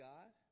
God